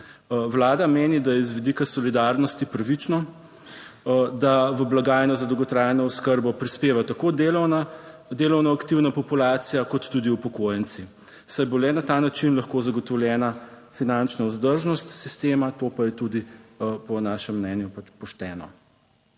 Vlada meni, da je z vidika solidarnosti pravično, da v blagajno za dolgotrajno oskrbo prispeva tako delovno aktivna populacija, kot tudi upokojenci, saj bo le na ta način lahko zagotovljena finančna vzdržnost sistema, to pa je tudi po našem mnenju pač pošteno.